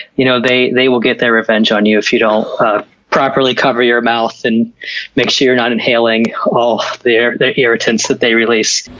you know they they will get their revenge on you if you don't properly cover your mouth and make sure you're not inhaling all the irritants that they release.